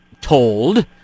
told